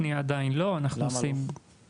הפנייה עדיין לא, אנחנו עושים -- למה לא?